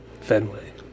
fenway